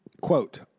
quote